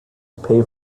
pay